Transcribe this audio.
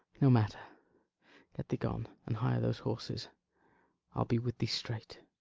no matter get thee gone, and hire those horses i'll be with thee straight.